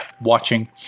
watching